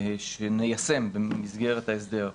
שניישם במסגרת ההסדר.